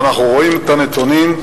ואנחנו רואים את הנתונים,